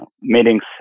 meetings